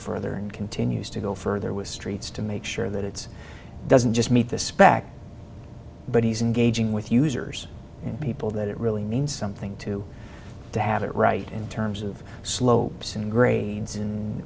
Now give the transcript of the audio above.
further and continues to go further with streets to make sure that it's doesn't just meet the spec but he's engaging with users and people that it really means something to to have it right in terms of slopes and grades and